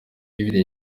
ibiri